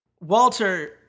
Walter